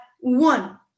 one